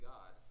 God